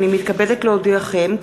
הנני מתכבדת להודיעכם,